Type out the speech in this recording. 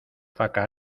faca